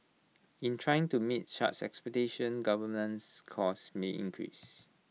in trying to meet such expectations governance costs may increase